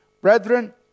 Brethren